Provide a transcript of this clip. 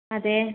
അതെ